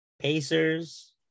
Pacers